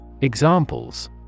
Examples